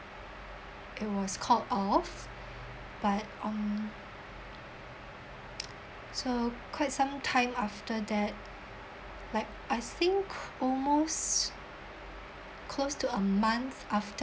it was called off but um so quite some time after that like I think almost close to a month after